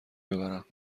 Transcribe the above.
ببرم